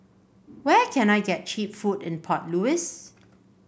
where can I get cheap food in Port Louis